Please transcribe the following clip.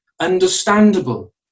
understandable